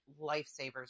lifesavers